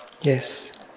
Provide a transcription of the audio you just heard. Yes